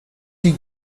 die